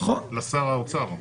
לשר האוצר?